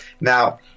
Now